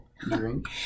Drink